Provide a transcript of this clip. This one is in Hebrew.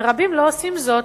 ורבים לא עושים זאת,